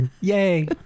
Yay